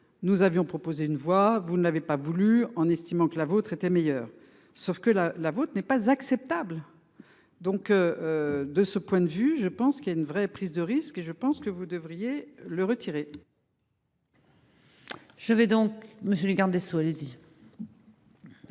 Nous avions proposé une voix vous ne l'avez pas voulu en estimant que la vôtre était meilleur sauf que là la votre n'est pas acceptable. Donc. De ce point de vue, je pense qu'il y a une vraie prise de risque et je pense que vous devriez le retirer.